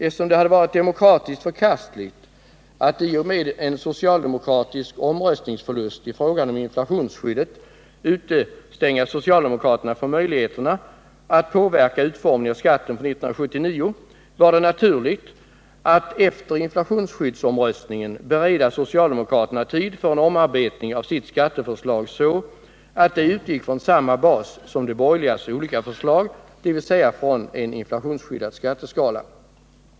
Eftersom det hade varit demokratiskt förkastligt att i och med en socialdemokratisk omröstningsförlust i fråga om inflationsskyddet utestänga socialdemokraterna från möjligheten att påverka utformningen av skatten för 1979 var det naturligt att efter omröstningen om inflationsskydd bereda socialdemokraterna tid för en omarbetning av sitt skatteförslag så att det utgick från samma bas som de borgerligas olika förslag, dvs. från en inflationsskyddad skatteskala.